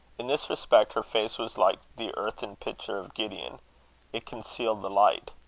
in this respect her face was like the earthen pitcher of gideon it concealed the light.